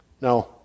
Now